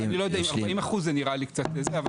אני לא יודע אם 40%, זה נראה לי קצת הרבה,